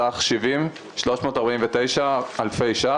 בסך 70,349 אלפי ש"ח.